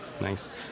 Nice